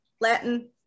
latin